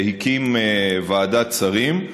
הקים ועדת שרים.